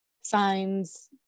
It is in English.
signs